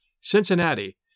Cincinnati